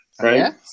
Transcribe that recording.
Right